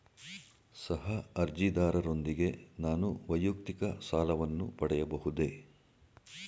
ಸಹ ಅರ್ಜಿದಾರರೊಂದಿಗೆ ನಾನು ವೈಯಕ್ತಿಕ ಸಾಲವನ್ನು ಪಡೆಯಬಹುದೇ?